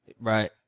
Right